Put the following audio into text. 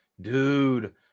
dude